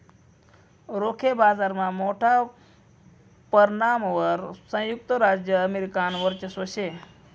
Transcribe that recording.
रोखे बाजारमा मोठा परमाणवर संयुक्त राज्य अमेरिकानं वर्चस्व शे